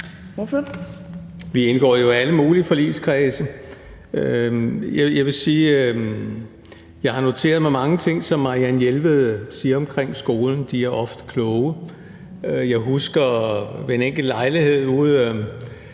Vi indgår jo i alle mulige forligskredse. Jeg vil sige, at jeg har noteret mig mange ting, som fru Marianne Jelved har sagt omkring skolen, og de er ofte kloge. Jeg husker, at fru Marianne